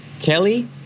Kelly